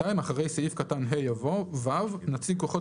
(2)אחרי סעיף קטן (ה) יבוא: "(ו)נציג כוחות